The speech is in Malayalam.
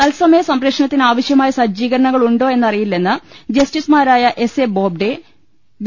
തത്സ മയ സംപ്രേഷണത്തിനാവശൃമായ സജ്ജീകരണങ്ങൾ ഉണ്ടോ എന്നറിയില്ലെന്ന് ജസ്റ്റിസുമാരായ എസ് എ ബോബ്ഡെ ബി